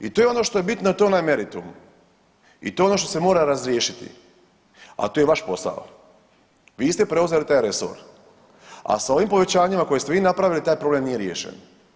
I to je ono što je bitno, to je onaj meritum i to je ono što se mora razriješiti, a to je vaš posao, vi ste preuzeli taj resor, a s ovim povećanjima koje ste vi napravili taj problem nije riješen.